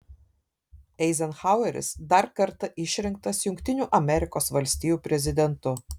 eizenhaueris dar kartą išrinktas jungtinių amerikos valstijų prezidentu